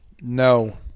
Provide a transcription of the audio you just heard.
No